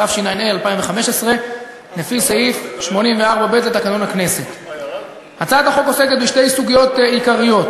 התשע"ה 2015. יציג את הבקשה חבר הכנסת בצלאל סמוטריץ,